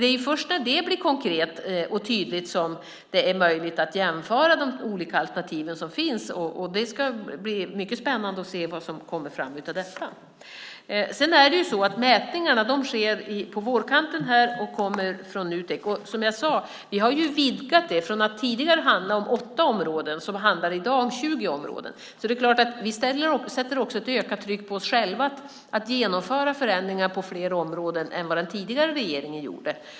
Det är först när det blir konkret och tydligt som det är möjligt att jämföra de olika alternativ som finns. Det ska bli mycket spännande att se vad som kommer fram av detta. Mätningarna sker på vårkanten, och de kommer från Nutek. Som jag sade har vi vidgat detta från att tidigare handla om 8 områden till 20 områden i dag. Det är klart att vi sätter ett ökat tryck också på oss själva att genomföra förändringar på fler områden än vad den tidigare regeringen gjorde.